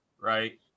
right